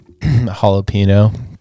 jalapeno